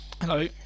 Hello